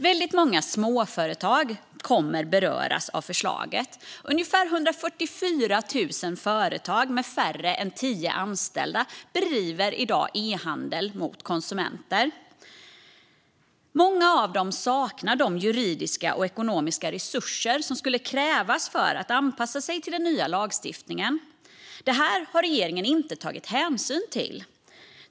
Väldigt många småföretag kommer att beröras av förslaget. Ungefär 144 000 företag med färre än tio anställda bedriver i dag e-handel mot konsumenter. Många av dem saknar de juridiska och ekonomiska resurser som skulle krävas för att anpassa sig till den nya lagstiftningen. Det har regeringen inte tagit hänsyn till.